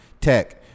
Tech